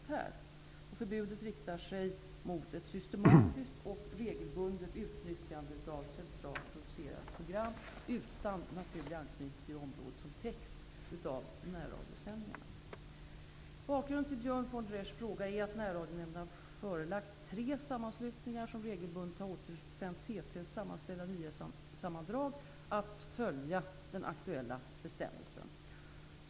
Förbudet riktar sig mot ett systematiskt och regelbundet utnyttjande av centralt producerade program utan naturlig anknytning till det område som täcks av närradiosändningarna. Bakgrunden till Björn von der Eschs fråga är att Närradionämnden har förelagt tre sammanslutningar som regelbundet hade återutsänt TT:s sammanställda nyhetssammandrag att följa den aktuella bestämmelsen.